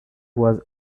was